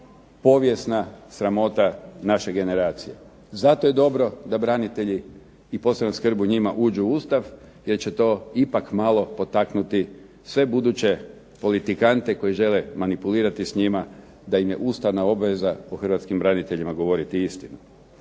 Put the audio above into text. povijesna sramota naše generacije. Zato je dobro da branitelji i posebna skrb o njima uđu u Ustav jer će to ipak malo potaknuti sve buduće politikante koji žele manipulirati s njima da im je ustavna obveza o hrvatskim braniteljima govoriti istinu.